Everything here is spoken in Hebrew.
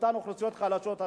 אותן אוכלוסיות חלשות,